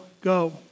go